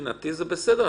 מבחינתי זה בסדר.